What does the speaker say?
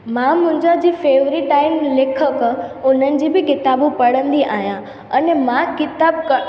मां मुंहिंजा जी फेवरेट आहिनि लेखक उन्हनि जी बि किताबूं पढ़ंदी आहियां अने मां किताबु क